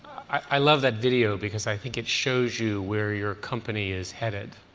i love that video, because i think it shows you where your company is headed.